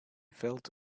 felt